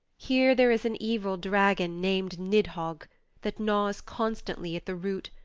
here there is an evil dragon named nidhogg that gnaws constantly at the root,